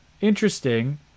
interesting